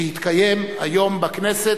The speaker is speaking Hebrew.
שהתקיים היום בכנסת.